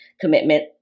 commitment